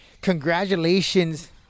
Congratulations